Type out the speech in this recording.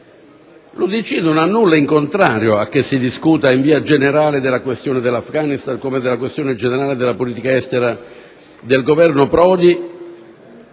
L'UDC non ha nulla in contrario a che si discuta in via generale della questione dell'Afghanistan, come della politica estera del Governo Prodi